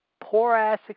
poor-ass